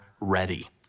ready